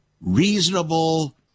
reasonable